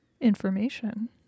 information